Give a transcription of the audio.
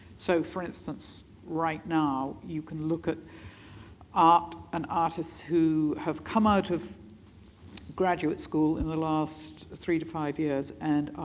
so for instance, right now you can look at art and artists who have come out of graduate school in the last three to five years and